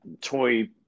toy